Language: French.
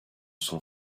sont